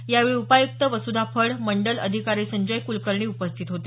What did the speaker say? यावेळी उपायुक्त वसुधा फड मंडल अधिकारी संजय कुलकर्णी उपस्थितीत होते